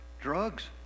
Drugs